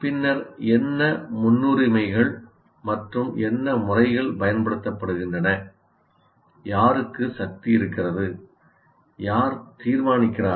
பின்னர் என்ன முன்னுரிமைகள் மற்றும் என்ன முறைகள் பயன்படுத்தப்படுகின்றன யாருக்கு சக்தி இருக்கிறது யார் தீர்மானிக்கிறார்கள்